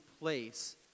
place